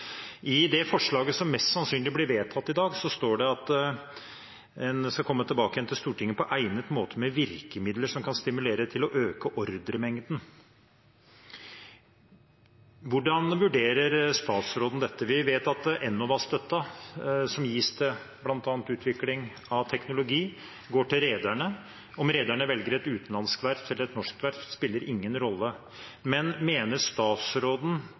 I det forslaget som mest sannsynlig blir vedtatt i dag, står det at en skal «komme tilbake til Stortinget på egnet måte med virkemidler som kan stimulere til å øke ordremengden». Hvordan vurderer statsråden dette? Vi vet at Enova-støtten, som gis til bl.a. utvikling av teknologi, går til rederne. Om rederne velger et utenlandsk verft eller et norsk verft, spiller ingen rolle. Men mener statsråden,